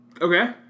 Okay